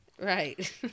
Right